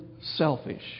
selfish